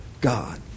God